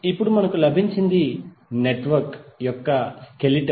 ఇప్పుడు మనకు లభించినది నెట్వర్క్ యొక్క స్కెలెటన్